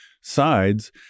sides